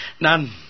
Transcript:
None